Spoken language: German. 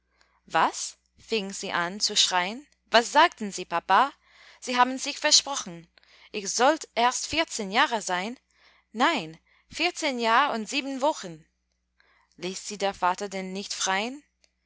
was fing sie an zu schrein was sagten sie papa sie haben sich versprochen ich sollt erst vierzehn jahre sein nein vierzehn jahr und sieben wochen ließ sie der vater denn nicht frein